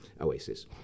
Oasis